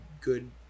good